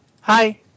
hi